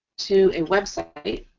to a website.